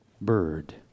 Bird